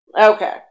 Okay